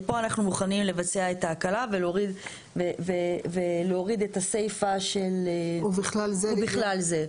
ופה אנחנו מוכנים לבצע את ההקלה ולהוריד את הסיפה "ובכלל זה".